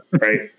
right